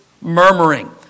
murmuring